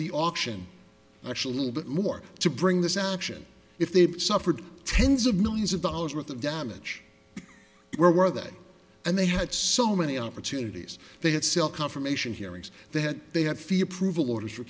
the auction actually little bit more to bring this action if they suffered tens of millions of dollars worth of damage where were they and they had so many opportunities they had confirmation hearings they had they had fee approval orders for